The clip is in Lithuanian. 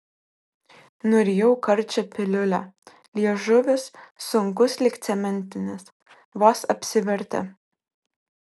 nurijau karčią piliulę liežuvis sunkus lyg cementinis vos apsivertė